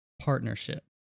partnership